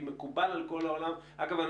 אגב,